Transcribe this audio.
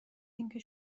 اینکه